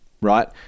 right